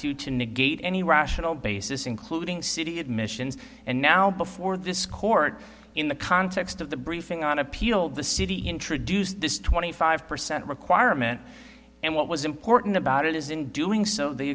negate any rational basis including city admissions and now before this court in the context of the briefing on appeal the city introduced this twenty five percent requirement and what was important about it is in doing so the